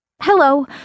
Hello